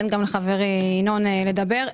לחברי ינון לדבר.